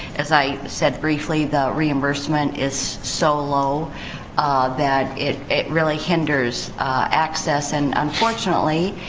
as i said briefly, the reimbursement is so low that it it really hinders access. and, unfortunately,